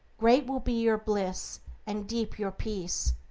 great will be your bliss and deep your peace.